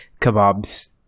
kebabs